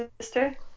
sister